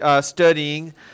studying